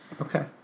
Okay